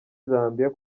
zambia